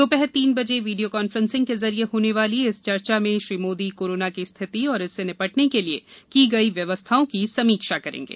दोपहर तीन बजे वीडियो कांफ्रेंसिंग के जरिए होने वाली इस चर्चा में श्री मोदी कोरोना की स्थिति और इससे निपटने के लिये की गई व्यवस्थाओं की समीक्षा करेंगे